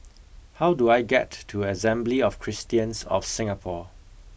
how do I get to Assembly of Christians of Singapore